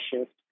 shift